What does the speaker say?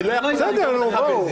אני לא יכול לעזור לך בזה.